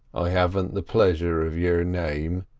i haven't the pleasure of your name,